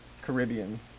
Caribbean